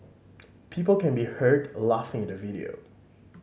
people can be heard a laughing in the video